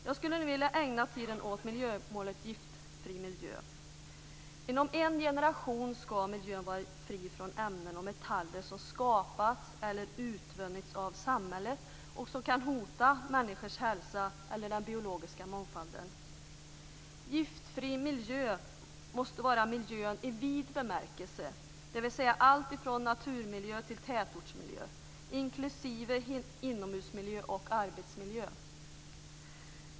Jag skulle nu vilja ägna tiden åt miljömålet en giftfri miljö. Inom en generation ska miljön vara fri från metaller och andra ämnen som skapats eller utvunnits av samhället och som kan hota människors hälsa eller den biologiska mångfalden. Den giftfria miljön måste omfatta miljön i vid bemärkelse, dvs. allt från naturmiljön till tätortsmiljön inklusive inomhusmiljö och arbetsmiljö.